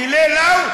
טילי "לאו"